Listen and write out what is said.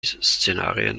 szenarien